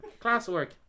classwork